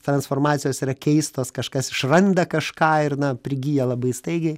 transformacijos yra keistos kažkas išranda kažką ir na prigyja labai staigiai